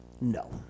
No